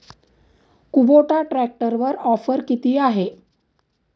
Kubota ट्रॅक्टरवर offer किती आहे?